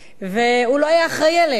והוא לא היה אחראי להם,